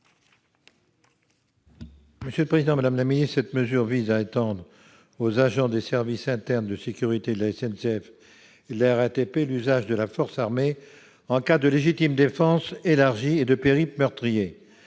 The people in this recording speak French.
: La parole est à M. Alain Fouché. Cette mesure vise à étendre aux agents des services internes de sécurité de la SNCF et de la RATP l'usage de la force armée en cas de « légitime défense élargie » et de « périple meurtrier